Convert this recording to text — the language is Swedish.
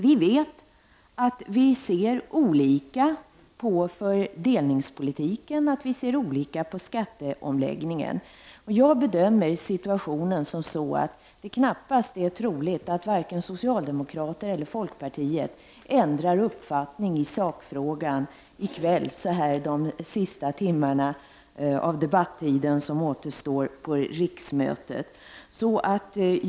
Vi vet att vi har avvikande uppfattningar om fördelningspolitiken och om skatteomläggningen. Jag bedömer situationen så att det knappast är troligt att vare sig socialdemokraterna eller folkpartiet ändrar uppfattning i sakfrågan i kväll, under de sista timmar av debattid som återstår av riksmötet.